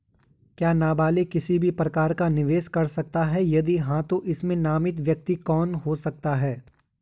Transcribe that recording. क्या नबालिग किसी भी प्रकार का निवेश कर सकते हैं यदि हाँ तो इसमें नामित व्यक्ति कौन हो सकता हैं?